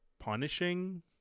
punishing